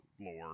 lore